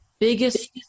biggest